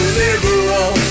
liberal